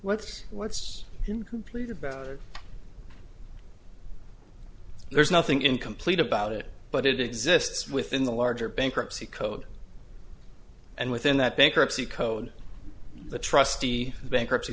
what's what's incomplete about it there's nothing incomplete about it but it exists within the larger bankruptcy code and within that bankruptcy code the trustee bankruptcy